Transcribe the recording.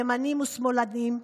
ימנים ושמאלנים,